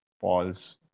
Paul's